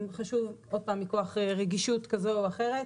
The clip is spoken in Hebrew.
עוד פעם, מכוח רגישות כזו או אחרת.